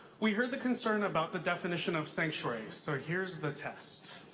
we heard the concern about the definition of sanctuary, so here's the test.